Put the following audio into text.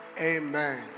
Amen